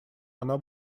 она